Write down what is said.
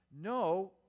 No